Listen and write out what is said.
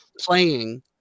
playing